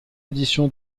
édition